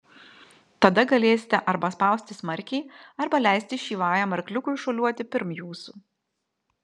tada galėsite arba spausti smarkiai arba leisti šyvajam arkliukui šuoliuoti pirm jūsų